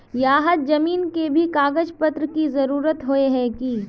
यहात जमीन के भी कागज पत्र की जरूरत होय है की?